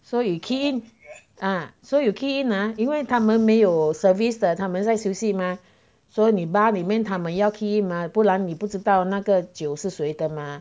so you key in ah so you key in ah 因为他们没有 service 的他们在休息吗 so 你 bar 里面他们要 key in mah 不然你不知道那个就是谁的吗